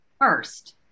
first